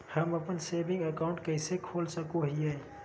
हम अप्पन saving account कइसे खोल सको हियै?